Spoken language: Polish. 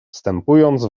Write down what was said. wstępując